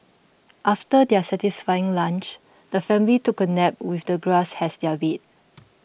after their satisfying lunch the family took a nap with the grass has their bed